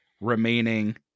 remaining